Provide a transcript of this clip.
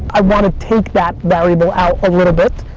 i wanna take that variable out a little bit,